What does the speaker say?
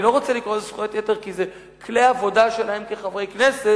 אני לא רוצה לקרוא לזה זכויות יתר כי זה כלֵי עבודה שלהם כחברי כנסת,